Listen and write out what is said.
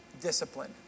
discipline